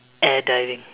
air diving